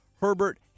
Herbert